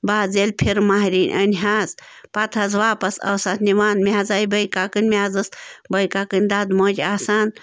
بہٕ حظ ییٚلہِ پھِرٕ مہریٚنۍ أنۍ ہَس پَتہٕ حظ واپَس ٲس اَتھ نِوان مےٚ حظ آے بٔیکاکَنۍ مےٚ حظ ٲس بٔیکاکَنۍ دۄدٕ موج آسان